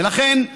ולכן,